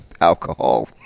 alcohol